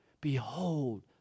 Behold